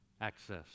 access